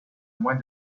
mois